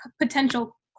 potential